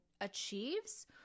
achieves